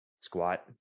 squat